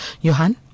Johan